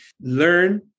Learn